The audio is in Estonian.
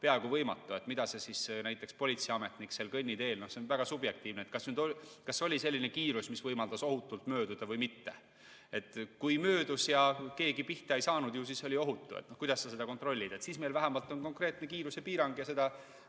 peaaegu võimatu. Mida siis näiteks see politseiametnik seal kõnniteel teeb? See on väga subjektiivne, et kas oli selline kiirus, mis võimaldas ohutult mööduda või mitte. Kui möödus ja keegi pihta ei saanud, ju siis oli ohutu – no kuidas sa seda kontrollid? Siis on meil vähemalt konkreetne kiirusepiirang ja ma